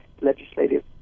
legislative